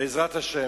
בעזרת השם,